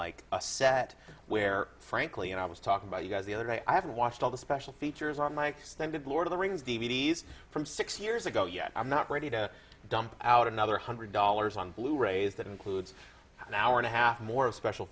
like a set where frankly i was talking about you guys the other day i haven't watched all the special features on my extended lord of the rings d v d s from six years ago yet i'm not ready to dump out another hundred dollars on blu rays that includes an hour and a half more special